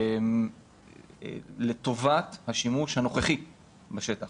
לטובת השימוש הנוכחי בשטח.